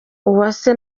uwase